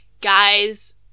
guys